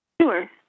Sure